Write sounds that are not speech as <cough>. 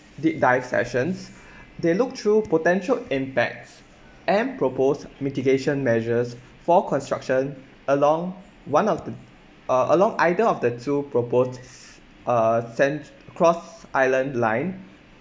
deep dive sessions they look through potential impacts and propose mitigation measures for construction along one of the uh along either of the two proposed <noise> uh sensed cross island line